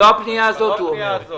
לא בפנייה הזאת,